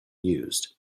used